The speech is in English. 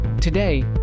Today